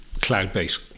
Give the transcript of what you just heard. cloud-based